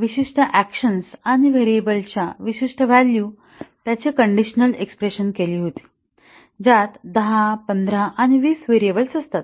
विशिष्ट अकॅशन्स आणि व्हेरिएबल्सच्या विशिष्ट व्हॅल्यू त्याचे कंडिशनल एक्स्प्रेशन केली होती ज्यात दहा पंधरा आणि वीस व्हेरिएबल्स असतात